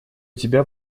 тебя